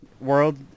world